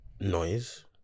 noise